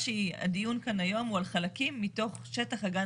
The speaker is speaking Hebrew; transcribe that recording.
הדיון כאן היום הוא על חלקים משטח הגן